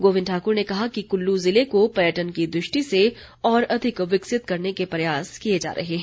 गोविंद ठाक्र ने कहा कि कुल्लू जिले को पर्यटन की दृष्टि से और अधिक विकसित करने के प्रयास किए जा रहे हैं